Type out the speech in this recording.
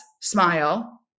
SMILE